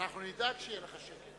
אנחנו נדאג שיהיה לך שקט,